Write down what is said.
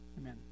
amen